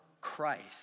Christ